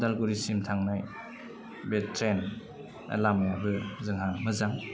उदालगुरिसिम थांनाय बे ट्रेन लामायाबो जोंहा मोजां